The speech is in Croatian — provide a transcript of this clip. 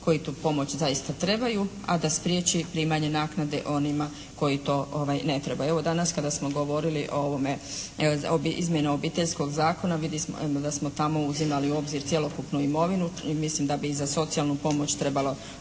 koji tu pomoć zaista trebaju, a da spriječi primanje naknade onima koji to ne trebaju. Evo danas, kada smo govorili o ovome, izmjenama Obiteljskog zakona vidjeli smo da smo tamo uzimali u obzir cjelokupnu imovinu i mislim da bi i za socijalnu pomoć trebalo